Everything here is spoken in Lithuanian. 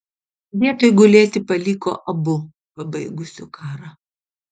vietoj gulėti paliko abu pabaigusiu karą